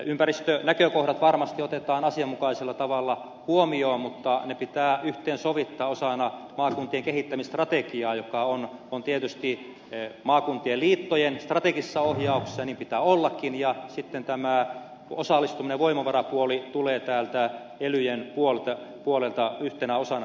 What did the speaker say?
ympäristönäkökohdat varmasti otetaan asianmukaisella tavalla huomioon mutta ne pitää sovittaa yhteen osana maakuntien kehittämisstrategiaa joka on tietysti maakuntien liittojen strategisessa ohjauksessa ja niin pitää ollakin ja sitten tämä osallistuminen voimavarapuoli tulee täältä elyjen puolelta yhtenä osana tähän kokonaisuuteen